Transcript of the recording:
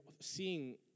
seeing